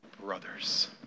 brothers